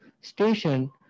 station